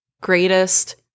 greatest